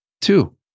Two